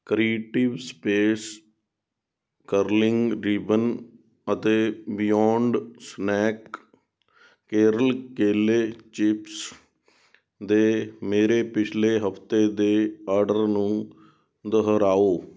creative space curling ribbon ਅਤੇ beyond snack Kerala ਕੇਲੇ chips ਦੇ ਮੇਰੇ ਪਿਛਲੇ ਹਫ਼ਤੇ ਦੇ ਆਰਡਰ ਨੂੰ ਦੁਹਰਾਓ